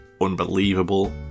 unbelievable